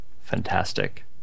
Fantastic